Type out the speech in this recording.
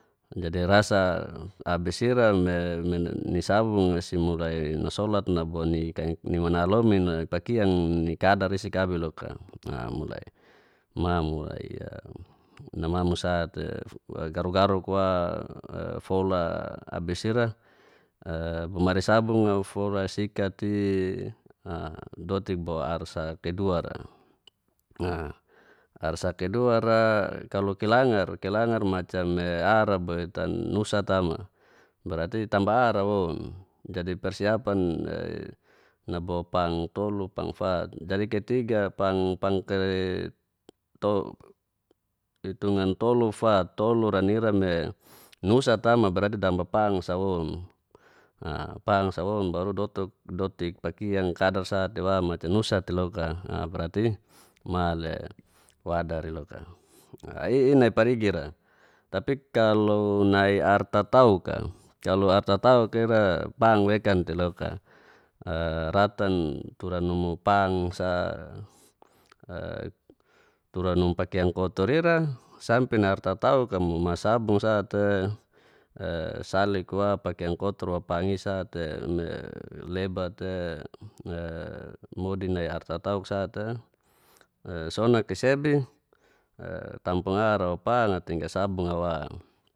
Jadi rasa abis ira me me ni sabung si mulai nasolat naboni kaing nimana lomin a pakiang ni kadar risi kabik loka. a mulai ma mulai a namamu sa te fu garuk garuk wa fola abis ira a bomari sabunga fora sikat ti a dotik bo ar sa kedua ra. a ar sa kedua ra kalo kelangar kelangar macam me ar botan nusa tama berarti tamba ar ra woun, dadi persiapan e nabo pang tolu pang fat dari ketiga pang pang ke to hitungan tolu fat tolu ra nira me nusa tama berarti damba pang sa woun. a pang sa woun baru dotuk dotik pakiang kadar sa te wa macam nusa teloka a berarti ma le wadar i loka. i i nai parigi ra tapi kalo nai ar tatauk a kalo ar tatauk a ira pang wekan teloka, a ratan tura numu pang sa, a tura numu pakiang kotor ira sampe nai ar tatauk a mu ma sabung sa te e salik wa pakiang kotor wa pang i sa te me leba te e modi nai ar tatauk sa te e sonak i sebi e tampung ar wa pang tinggal sabunga wa